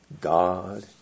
God